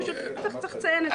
פשוט צריך לציין את זה.